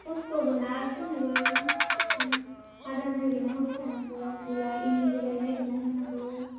कस्त'बोना फिसिनोबो आदार नागिरना होबाय थानांगौ बिलाइ इन्दि बिलाइ नागिरना होनांगौ